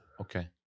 Okay